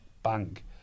Bank